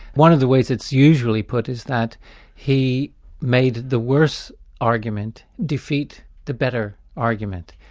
one of the ways it's usually put is that he made the worse argument defeat the better argument,